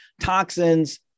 toxins